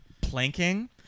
planking